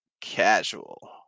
casual